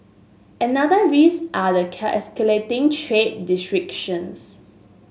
another risk are the escalating trade